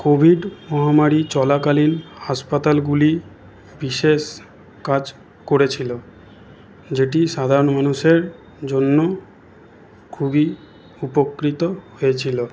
Covid মহামারী চলাকালীন হাসপাতালগুলি বিশেষ কাজ করেছিল যেটি সাধারণ মানুষের জন্য খুবই উপকৃত হয়েছিল